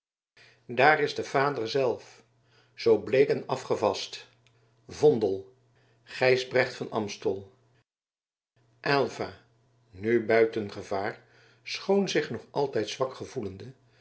daar is de vader zelf zoo bleek en afgevast vondel gijsbrecht van aemstel aylva nu buiten gevaar schoon zich nog altijd zwak